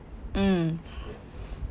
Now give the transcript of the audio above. mm